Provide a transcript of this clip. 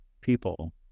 people